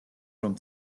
რომ